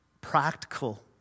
practical